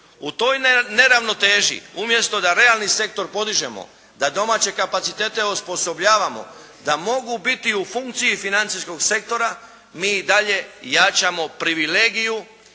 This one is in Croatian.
U toj neravnoteži umjesto da realni sektor podižemo, da domaće kapacitete osposobljavamo da mogu biti u funkciji financijskog sektora mi i dalje jačamo privilegiju